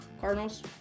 Cardinals